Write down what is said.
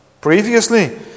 previously